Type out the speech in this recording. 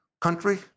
country